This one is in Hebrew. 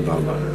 תודה רבה.